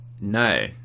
no